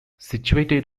situated